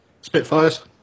Spitfires